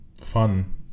fun